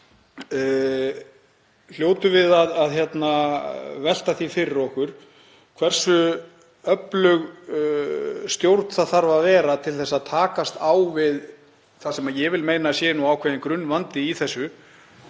hljótum við að velta því fyrir okkur hversu öflug stjórn þarf að vera til að takast á við það sem ég vil meina að sé ákveðinn grunnvandi í þessu,